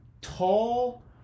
tall